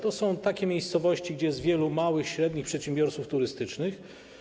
To są takie miejscowości, gdzie jest wielu małych, średnich przedsiębiorców turystycznych.